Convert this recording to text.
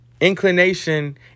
Inclination